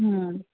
हम्म